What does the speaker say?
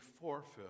forfeit